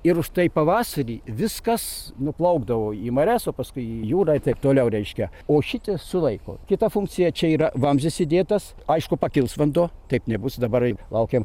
ir užtai pavasarį viskas nuplaukdavo į marias o paskui į jūrą ir taip toliau reiškia o šitie sulaiko kita funkcija čia yra vamzdis įdėtas aišku pakils vanduo kaip nebus dabar laukiam